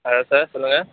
hello sir சொல்லுங்க